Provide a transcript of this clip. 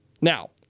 Now